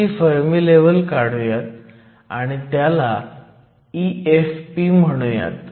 तशी Fermi level काढुयात आणि त्याला EFP म्हणूयात